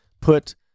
put